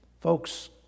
Folks